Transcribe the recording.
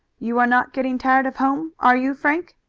you are not getting tired of home, are you, frank?